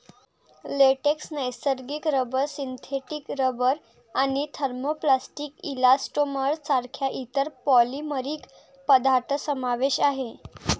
latex, नैसर्गिक rubber, synthetic rubber आणि thermoplastic elastomers सारख्या इतर पॉलिमरिक पदार्थ समावेश आहे